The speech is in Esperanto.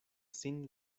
sin